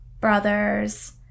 brother's